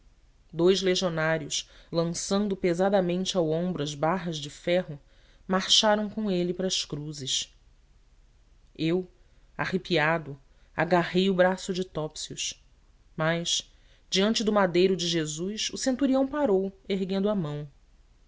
dous legionários lançando pesadamente ao ombro as barras de ferro marcharam com ele para as cruzes eu arrepiado agarrei o braço de topsius mas diante do madeiro de jesus o centurião parou erguendo a mão